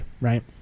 right